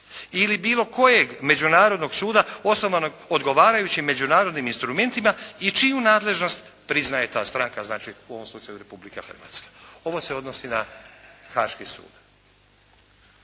ili bilo kojeg međunarodnog suda osnovanog odgovarajućim međunarodnim instrumentima i čiju nadležnost priznaje ta stranka, znači u ovom slučaju Republika Hrvatska. Ovo se odnosi na Haaški sud.